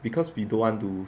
because we don't want to